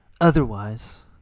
otherwise